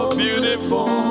beautiful